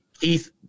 Keith